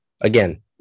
again